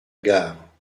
gare